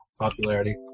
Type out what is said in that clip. popularity